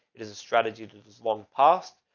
it is a strategy to it. as long past.